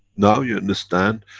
now you understand,